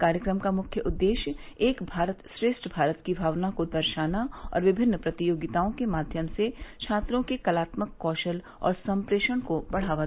कार्यक्रम का मुख्य उद्देश्य एक भारत श्रेष्ठ भारत की भावना को दर्शाना और विभिन्न प्रतियोगिताओं के माध्यम से छात्रों के कलात्मक कौशल और संप्रेषण को बढ़ावा देना है